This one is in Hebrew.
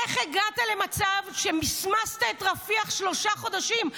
איך הגעת למצב שמסמסת את רפיח שלושה חודשים?